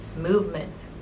movement